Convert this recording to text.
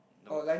the what